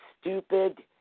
stupid